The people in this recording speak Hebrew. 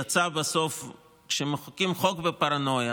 כשמחוקקים חוק בפרנויה,